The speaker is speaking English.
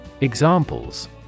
Examples